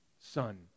Son